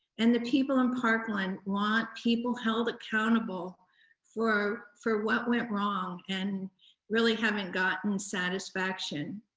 and the people in parkland want people held accountable for for what went wrong and really haven't gotten satisfaction.